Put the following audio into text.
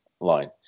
line